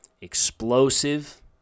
Explosive